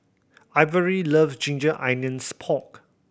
Ivory love ginger onions pork